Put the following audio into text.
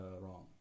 wrong